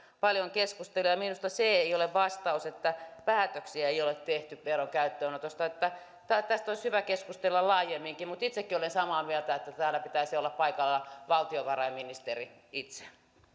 paljon keskustelua ja ja minusta se ei ole vastaus että päätöksiä ei ole tehty veron käyttöönotosta tästä olisi hyvä keskustella laajemminkin mutta itsekin olen samaa mieltä että täällä pitäisi olla paikalla valtiovarainministerin itse